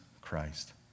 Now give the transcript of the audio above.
Christ